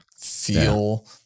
feel